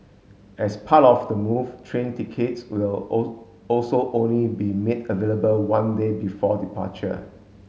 as part of the move train tickets will all also only be made available one day before departure